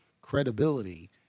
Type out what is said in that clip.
credibility